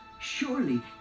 Surely